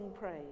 praise